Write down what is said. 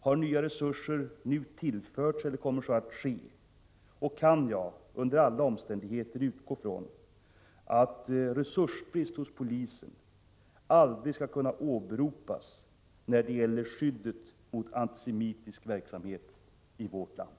Har nya resurser nu tillförts eller kommer så att ske? Kan jag under alla omständigheter utgå från att resursbrist hos polisen aldrig skall kunna åberopas när det gäller skyddet mot antisemitisk verksamhet i vårt land?